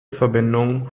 verbindung